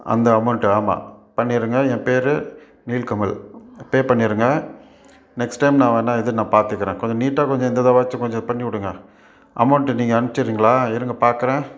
அந்த அமௌண்ட்டை ஆமாம் பண்ணிடுங்க என் பேரு நில்கமல் பே பண்ணிடுங்க நெக்ஸ்ட் டைம் நான் வேணால் இது நான் பார்த்துக்கிறேன் கொஞ்சம் நீட்டாக கொஞ்சம் இந்த தடவையாச்சும் கொஞ்சம் இது பண்ணிவிடுங்க அமௌண்ட்டு நீங்கள் அமுச்சுறீங்களா இருங்க பாக்கறேன்